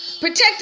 Protect